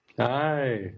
Hi